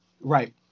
right